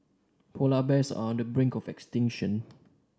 polar bears are on the brink of extinction